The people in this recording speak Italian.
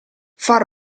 far